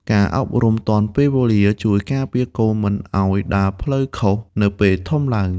ការអប់រំទាន់ពេលវេលា ជួយការពារកូនមិនឱ្យដើរផ្លូវខុសនៅពេលធំឡើង។